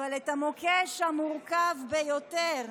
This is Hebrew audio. אבל את המוקש המורכב ביותר,